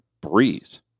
breeze